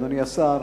אדוני השר,